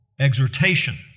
exhortation